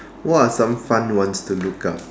what are some fun ones to look up